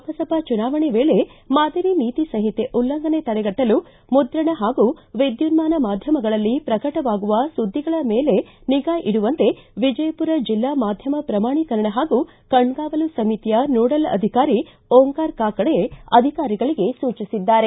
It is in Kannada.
ಲೋಕಸಭಾ ಚುನಾವಣೆ ವೇಳೆ ಮಾದರಿ ನೀತಿ ಸಂಹಿತೆ ಉಲ್ಲಂಘನೆ ತಡೆಗಟ್ಟಲು ಮುದ್ರಣ ಪಾಗೂ ವಿದ್ಯುನ್ಮಾನ ಮಾಧ್ಯಮಗಳಲ್ಲಿ ಪ್ರಕಟವಾಗುವ ಸುದ್ದಿಗಳ ಮೇಲೆ ನಿಗಾ ಇಡುವಂತೆ ವಿಜಯಪುರ ಜಿಲ್ಲಾ ಮಾಧ್ಯಮ ಪ್ರಮಾಣೀಕರಣ ಹಾಗೂ ಕಣ್ಗಾವಲು ಸಮಿತಿಯ ನೋಡಲ್ ಅಧಿಕಾರಿ ಓಂಕಾರ ಕಾಕಡೆ ಅಧಿಕಾರಿಗಳಿಗೆ ಸೂಚಿಸಿದ್ದಾರೆ